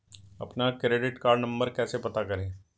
अपना credit card number कैसे पता करें?